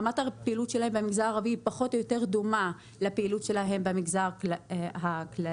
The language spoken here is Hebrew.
במגזר הערבי פחות או יותר דומה לפעילות שלהם במגזר הכללי,